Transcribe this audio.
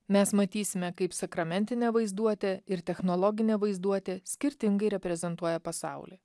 mes matysime kaip sakramentinė vaizduotė ir technologinė vaizduotė skirtingai reprezentuoja pasaulį